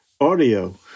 audio